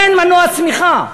אין מנוע צמיחה.